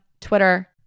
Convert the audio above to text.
Twitter